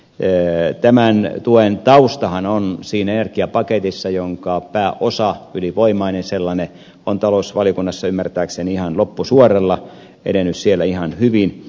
tämän tuen taustahan on siinä energiapaketissa jonka pääosa ylivoimainen sellainen on talousvaliokunnassa ymmärtääkseni ihan loppusuoralla edennyt siellä ihan hyvin